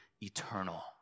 eternal